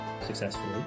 successfully